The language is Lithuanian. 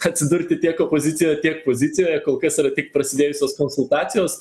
atsidurti tiek opozicijoje tiek pozicijoje kol kas yra tik prasidėjusios konsultacijos